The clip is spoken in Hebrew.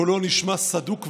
קולו נשמע סדוק ועייף.